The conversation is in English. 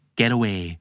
getaway